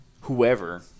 whoever